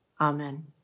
Amen